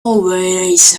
always